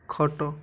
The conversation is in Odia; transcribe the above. ଖଟ